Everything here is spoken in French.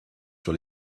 sur